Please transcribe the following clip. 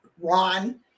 Ron